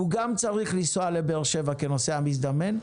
הוא גם צריך לנסוע לבאר שבע כנוסע מזדמן,